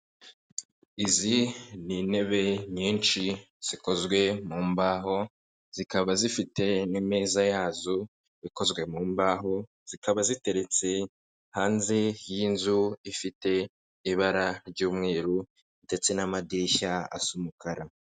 Izi ni intebe nyinshi zikozwe mu mbaho zikaba zifite n'imeza yazo ikozwe mu mbaho, zikaba ziteretse hanze y'inzu ifite ibara ry'umweru ndetse n'amadirishya asa umukara.